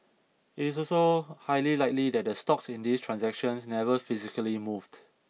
it is also highly likely that the stocks in these transactions never physically moved